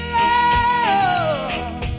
love